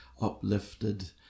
uplifted